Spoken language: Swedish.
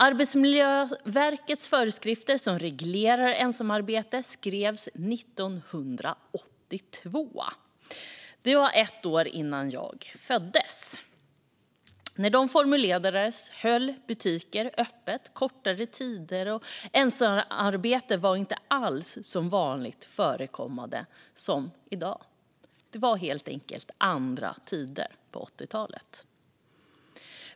Arbetsmiljöverkets föreskrifter som reglerar ensamarbete skrevs 1982. Det var ett år innan jag föddes. När de formulerades höll butiker öppet kortare tider, och ensamarbete var inte alls så vanligt förekommande som i dag. Det var helt enkelt andra tider på 80-talet.